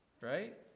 right